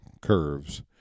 curves